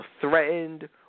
threatened